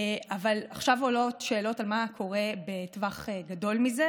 אבל עכשיו עולות שאלות על מה שקורה בטווח גדול מזה,